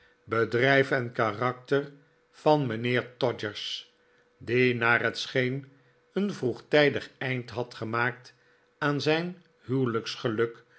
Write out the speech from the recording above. bedrijf en karakter van mijnheer todgers die naar het scheen een vroegtijdig einde had gemaakt aan zijn